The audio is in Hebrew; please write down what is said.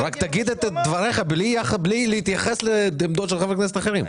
רק תגיד את דבריך בלי להתייחס לעמדות של חברי כנסת אחרים.